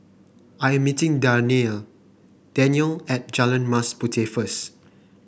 I am meeting Danyelle Danyelle at Jalan Mas Puteh first